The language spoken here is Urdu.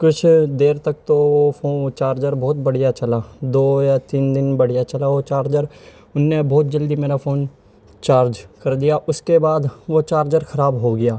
کچھ دیر تک تو فون چارجر بہت بڑھیا چلا دو یا تین دن بڑھیا چلا وہ چارجر انہوں نے بہت جلدی میرا فون چارج کر دیا اس کے بعد وہ چارجر خراب ہو گیا